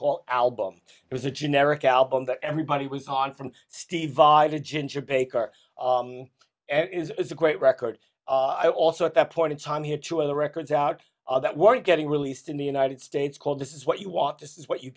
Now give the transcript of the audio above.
called album it was a generic album that everybody was on from steve vita ginger baker it is a great record also at that point in time he had two other records out of that weren't getting released in the united states called this is what you want to see is what you